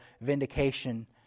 vindication